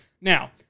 Now